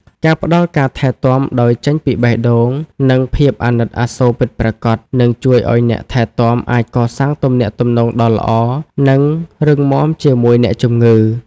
ការផ្ដល់ការថែទាំដោយចេញពីបេះដូង និងភាពអាណិតអាសូរពិតប្រាកដ នឹងជួយឱ្យអ្នកថែទាំអាចកសាងទំនាក់ទំនងដ៏ល្អ និងរឹងមាំជាមួយអ្នកជំងឺ។